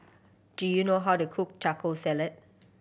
do you know how to cook Taco Salad